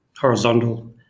horizontal